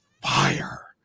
Fire